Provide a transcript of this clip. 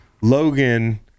Logan